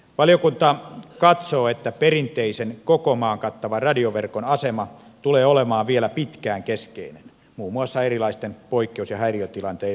valiokunta katsoo että perinteisen koko maan kattavan radioverkon asema tulee olemaan vielä pitkään keskeinen muun muassa erilaisten poikkeus ja häiriötilanteiden viestinnän välineenä